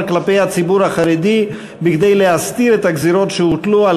כלפי הציבור החרדי כדי להסתיר את הגזירות שהוטלו על